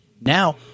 Now